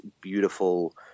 beautiful